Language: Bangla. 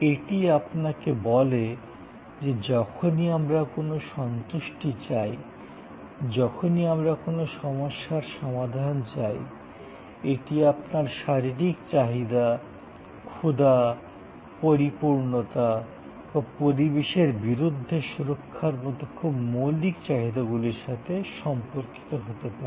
এটি আপনাকে বলে যে যখনই আমরা কোনও সন্তুষ্টি চাই যখনই আমরা কোনও সমস্যার সমাধান চাই এটি আপনার শারীরিক চাহিদা ক্ষুধা পরিপূর্ণতা বা পরিবেশের বিরুদ্ধে সুরক্ষার মতো খুব মৌলিক চাহিদাগুলির সাথে সম্পর্কিত হতে পারে